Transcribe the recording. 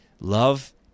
love